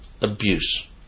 abuse